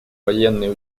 военные